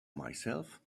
myself